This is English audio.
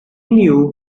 knew